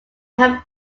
have